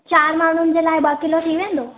चार माण्हुनि जे लाइ ॿ किलो थी वेंदो